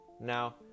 Now